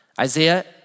Isaiah